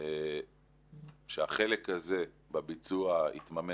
שהחלק הזה בביצוע יתממש.